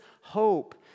hope